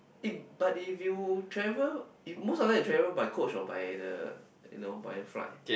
eh but if you travel most of the time you travel by coach or by the you know by flight